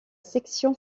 section